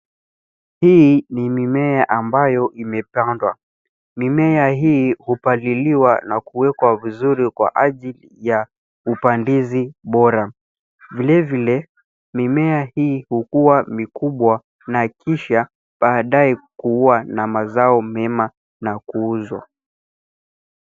Hii ni mimea ambayo imepandwa mimea hii hupaliliwa na kuwekwa vizuri kwa ajili ya upandizi bora vilevile mimea hii hukua mikubwa na kisha baadae kua mazao mema na kuuzwa.